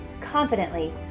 confidently